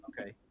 okay